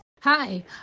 Hi